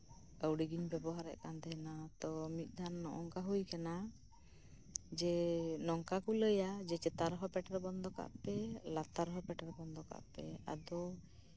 ᱟᱹᱣᱲᱤ ᱜᱤᱧ ᱵᱮᱵᱚᱦᱟᱨᱮᱫ ᱛᱳ ᱢᱤᱫ ᱫᱷᱟᱢ ᱚᱱᱠᱟᱜᱮ ᱦᱩᱭ ᱠᱟᱱᱟ ᱡᱮ ᱱᱚᱝᱠᱟ ᱠᱚ ᱞᱟᱹᱭ ᱟ ᱡᱮ ᱪᱮᱛᱟᱱ ᱨᱮᱦᱚᱸ ᱯᱮᱴᱮᱨ ᱵᱚᱱᱫᱚ ᱠᱟᱜ ᱯᱮ ᱞᱟᱛᱟᱨ ᱨᱮᱦᱚᱸ ᱯᱮᱴᱮᱨ ᱵᱚᱱᱫᱚ ᱠᱟᱜ ᱯᱮ ᱟᱫᱚ